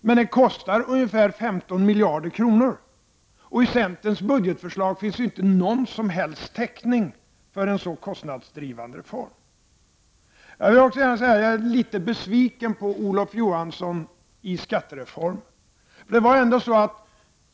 Men det kostar ungefär 15 miljarder kronor, och i centerns budgetförslag finns inte någon som helst täckning för en så kostnadsdrivande reform. Jag vill också säga att jag är litet besviken på Olof Johansson i fråga om skattereformen.